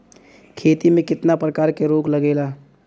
खेती में कितना प्रकार के रोग लगेला?